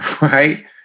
right